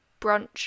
brunch